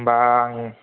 होमबा आं